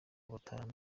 batanu